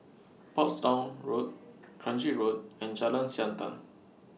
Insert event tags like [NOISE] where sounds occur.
[NOISE] Portsdown Road Kranji Road and Jalan Siantan